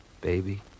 Baby